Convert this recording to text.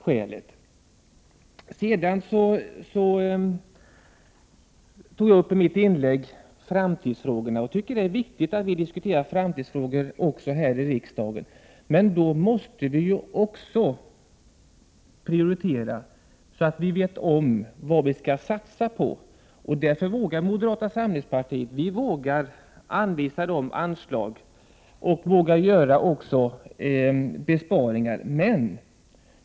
I mitt inlägg tog jag också upp framtidsfrågorna. Jag tycker att det är viktigt att diskutera framtidsfrågor även i riksdagen. Men då måste vi prioritera, så att vi vet vad vi skall satsa på. Moderata samlingspartiet vågar föreslå medel liksom också besparingar.